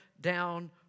down